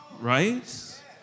right